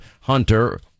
hunter